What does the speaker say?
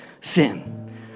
sin